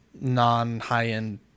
non-high-end